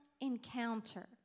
encounter